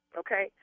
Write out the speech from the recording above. okay